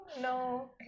No